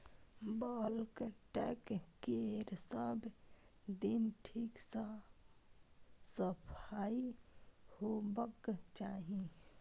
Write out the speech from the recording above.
bulk tank केर सब दिन ठीक सं सफाइ होबाक चाही